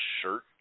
shirt